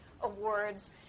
awards